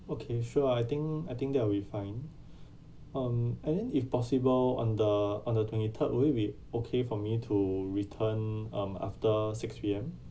okay sure I think I think that will be fine um and then if possible on the on the twenty third will it be okay for me to return um after six P_M